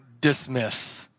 dismiss